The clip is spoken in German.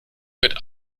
gehört